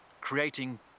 creating